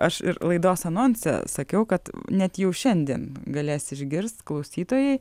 aš ir laidos anonse sakiau kad net jau šiandien galės išgirst klausytojai